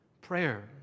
Prayer